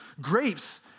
grapes